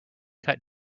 cut